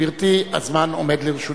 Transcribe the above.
גברתי, הזמן עומד לרשותך.